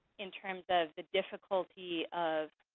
in terms of the difficulty of